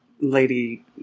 Lady